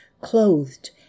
clothed